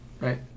right